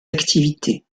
activités